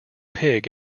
pig